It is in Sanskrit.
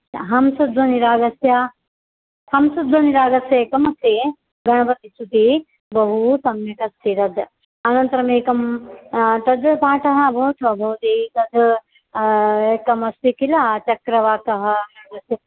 हंसध्वनिरागस्य हंसध्वनिरागस्य एकम् अस्ति गणपतिस्तुतिः बहू सम्यक् अस्ति तद् अनन्तरम् एकं तद् पाठः अभवत् वा भवत्यै तद् एकम् अस्ति किल चक्रवाकः